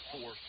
four